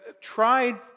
tried